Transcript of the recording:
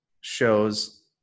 shows